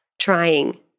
trying